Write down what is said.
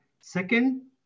second